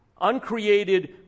uncreated